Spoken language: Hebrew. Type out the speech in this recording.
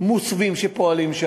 מוסווים שפועלים,